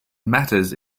matters